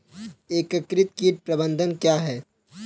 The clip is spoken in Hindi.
एकीकृत कीट प्रबंधन क्या है?